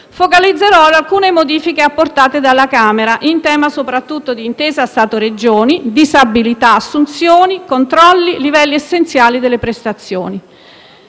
Focalizzerò ora alcune modifiche apportate dalla Camera in tema soprattutto di intesa Stato-Regioni, disabilità, assunzioni, controlli, livelli essenziali delle prestazioni.